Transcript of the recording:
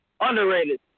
Underrated